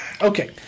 Okay